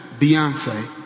Beyonce